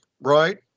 Right